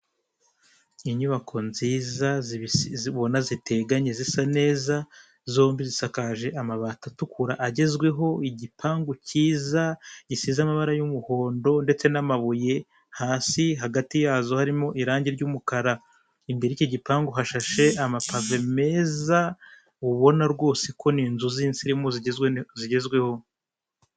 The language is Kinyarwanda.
Inyubako nziza ubona ziteganye zisa neza zombi zisakaje amabanga akura agezweho, igipangu cyiza gisize amabara y'umuhondo ndetse n'amabuye hasi hagati yazo harimo irangi ry'umukara imbere yicyo gipangu hashashe amapave meza, ubona rwose ko n'inzu zinsirimu zigezweho.